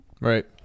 right